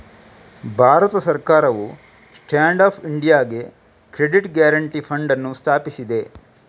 ಭಾರತ ಸರ್ಕಾರವು stand up ಇಂಡಿಯಾಗೆ credit guarantee fund ಅನ್ನು ಸ್ಥಾಪಿಸಿದೆ